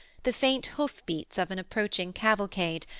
the faint hoof-beats of an approaching cavalcade,